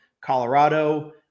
Colorado